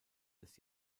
des